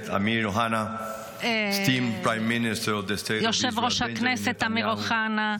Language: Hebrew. כבוד יושב-ראש הכנסת אמיר אוחנה,